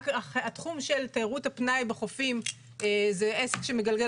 התחום של תיירות הפנאי בחופים זה עסק שמגלגל